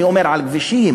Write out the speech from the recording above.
אני אומר על כבישים,